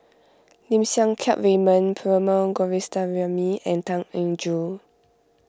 Lim Siang Keat Raymond Perumal Govindaswamy and Tan Eng Joo